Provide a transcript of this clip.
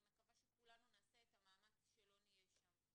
אני מקווה שכולנו נעשה את המאמץ שלא נהיה שם.